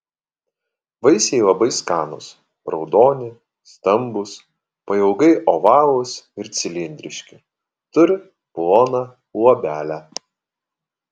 vaisiai labai skanūs raudoni stambūs pailgai ovalūs ir cilindriški turi ploną luobelę